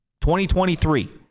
2023